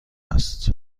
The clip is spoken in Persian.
است